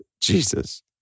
Jesus